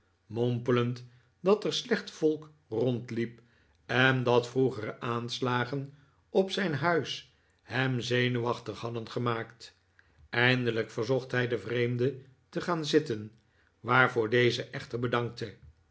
mompelend dat er slecht volk rondliep en dat vroegere aanslagen op zijn huis hem zenuwachtig hadden gemaakt eindelijk verzocht hij den vreemde te gaan zitten waarvoor deze echter bedankte